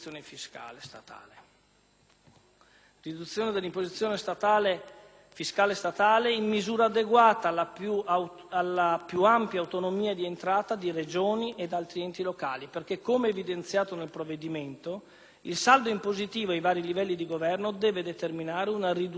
la riduzione dell'imposizione fiscale statale in misura adeguata alla più ampia autonomia di entrata di Regioni ed altri enti locali, perché, come evidenziato nel provvedimento, il saldo in positivo, ai vari livelli di governo, deve determinare una riduzione complessiva della pressione